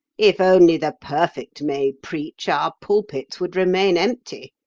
if only the perfect may preach, our pulpits would remain empty.